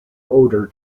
odor